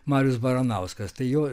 marius baranauskas tai jo